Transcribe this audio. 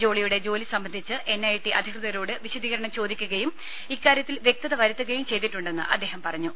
ജോളിയുടെ ജോലി സംബന്ധിച്ച് എൻ ഐ ടി അധികൃതരോട് വിശദീകരണം ചോദിക്കുകയും ഇക്കാര്യത്തിൽ വ്യക്തത വരുത്തുകയും ചെയ്തിട്ടുണ്ടെന്ന് അദ്ദേഹം പറഞ്ഞു